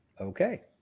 Okay